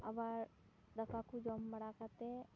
ᱟᱵᱟᱨ ᱫᱟᱠᱟ ᱠᱚ ᱡᱚᱢ ᱵᱟᱲᱟ ᱠᱟᱛᱮ